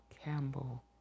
Campbell